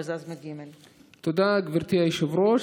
תודה, גברתי היושבת-ראש.